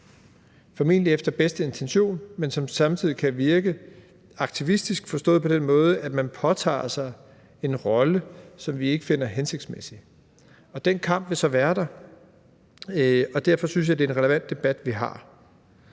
formentlig med bedste intention, men som samtidig kan virke aktivistisk, forstået på den måde, at den påtager sig en rolle, som vi ikke finder hensigtsmæssig. Den kamp vil så være der, og derfor synes jeg, at det er en relevant debat, vi har.